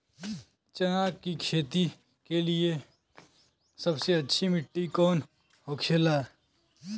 चना की खेती के लिए सबसे अच्छी मिट्टी कौन होखे ला?